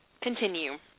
continue